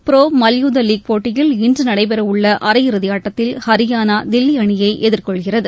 pro மல்யுத்த league போட்டியில் இன்று நடைபெற உள்ள அரையிறுதி ஆட்டத்தில் ஹரியானா தில்லி அணியை எதிர்கொள்கிறது